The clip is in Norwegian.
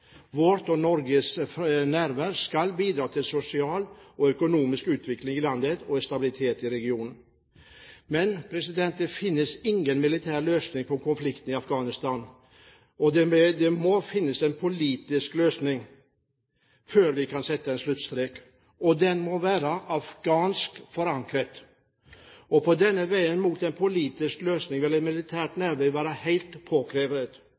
Vårt og Norges nærvær skal bidra til sosial og økonomisk utvikling i landet og stabilitet i regionen. Men det finnes ingen militær løsning på konflikten i Afghanistan. Det må finnes en politisk løsning før vi kan sette en sluttstrek, og den må være afghansk forankret. På denne veien mot en politisk løsning vil et militært nærvær være helt påkrevet, dette for å skape et